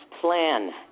plan